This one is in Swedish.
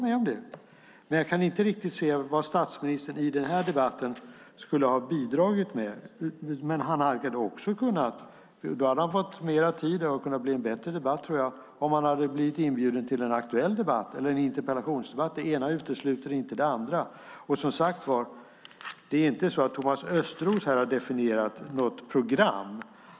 Men jag kan inte riktigt se vad statsministern i den här debatten skulle ha bidragit med. Han hade fått mer tid och det hade blivit en bättre debatt om han hade blivit inbjuden till en aktuell debatt eller en interpellationsdebatt. Det ena utesluter inte det andra. Thomas Östros har inte definierat något program.